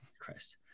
christ